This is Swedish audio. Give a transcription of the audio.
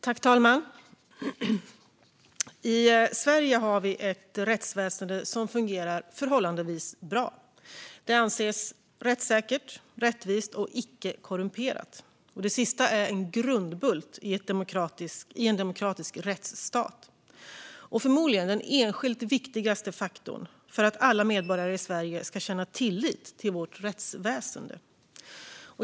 Fru talman! I Sverige har vi ett rättsväsen som fungerar förhållandevis bra. Det anses rättssäkert, rättvist och icke korrumperat. Det sista är en grundbult i en demokratisk rättsstat och förmodligen den enskilt viktigaste faktorn för att alla medborgare i Sverige ska känna tillit till sitt rättsväsen.